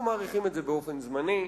אנחנו מאריכים את זה באופן זמני.